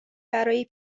برای